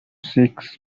six